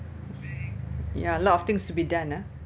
ya a lot of things to be done ah